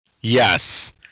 yes